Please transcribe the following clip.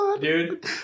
Dude